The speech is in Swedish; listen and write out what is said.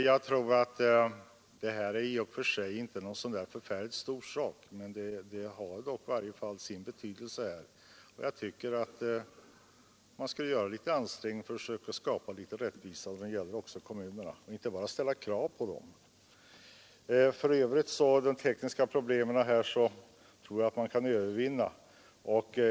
Jag tror att det här i och för sig inte är en så förfärligt stor sak, men den har i varje fall sin betydelse. Jag tycker att man skall göra litet ansträngningar för att söka skapa rättvisa också för kommunerna och inte bara ställa krav på dem. För övrigt tror jag att man kan övervinna de tekniska problemen.